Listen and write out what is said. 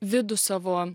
vidų savo